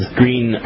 green